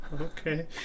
Okay